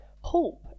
Hope